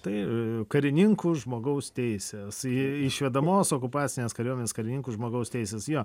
tai karininkų žmogaus teisės i i išvedamos okupacinės kariuomenės karininkų žmogaus teisės jo